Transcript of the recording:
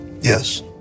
Yes